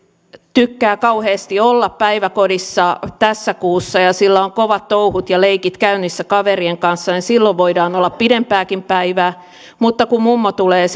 tykkää kauheasti olla päiväkodissa tässä kuussa ja sillä on kovat touhut ja leikit käynnissä kavereiden kanssa niin silloin voi olla pidempääkin päivää mutta kun mummo tulee